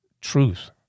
truth